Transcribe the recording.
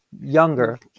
younger